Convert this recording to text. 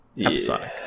episodic